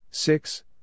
Six